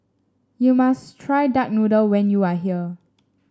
you must try Duck Noodle when you are here